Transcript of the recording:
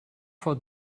vor